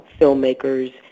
filmmakers